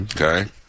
Okay